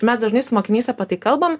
mes dažnai su mokiniais apie tai kalbam